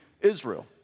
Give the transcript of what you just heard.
Israel